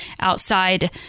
outside